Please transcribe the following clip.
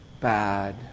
bad